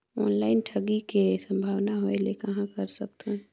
Online ठगी के संभावना होय ले कहां कर सकथन?